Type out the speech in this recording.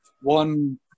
one